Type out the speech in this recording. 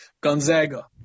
Gonzaga